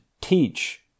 teach